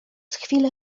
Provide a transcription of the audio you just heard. chwilę